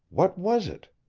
what was it?